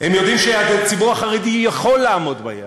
יודעים שהציבור החרדי יכול לעמוד ביעדים.